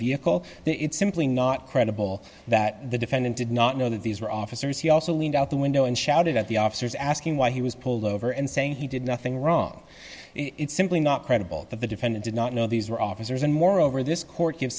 vehicle it's simply not credible that the defendant did not know that these were officers he also leaned out the window and shouted at the officers asking why he was pulled over and saying he did nothing wrong it's simply not credible that the defendant did not know these were officers and moreover this court give